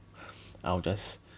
I will just